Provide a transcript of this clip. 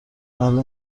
اهل